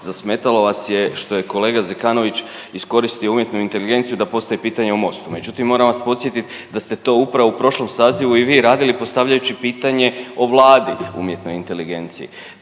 zasmetalo vas je što je kolega Zekanović iskoristio umjetnu inteligenciju da postavi pitanje o MOST-u. Međutim, moram vas podsjetiti da ste to upravo u prošlom sazivu i vi radili postavljajući pitanje o Vladi umjetnoj inteligenciji.